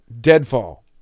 Deadfall